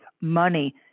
money